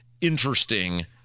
interesting